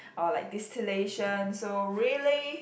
or like distillation so really